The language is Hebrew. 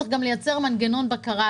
צריך לייצר לו מנגנון בקרה.